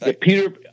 Peter